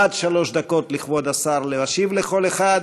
עד שלוש דקות לכבוד השר להשיב לכל אחד.